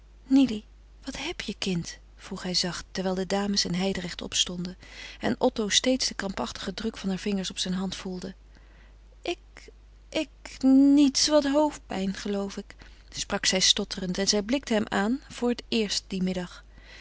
wat heb je kind vroeg hij zacht terwijl de dames en hijdrecht opstonden en otto steeds den krampachtigen druk van heur vingers op zijne hand voelde ik ik niets wat hoofdpijn geloof ik sprak zij stotterend en zij blikte hem aan voor het eerst dien middag